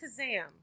Kazam